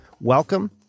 welcome